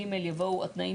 הסעיף מדבר על איסור התניה,